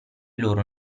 loro